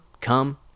come